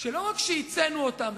שלא רק שייצאנו אותן,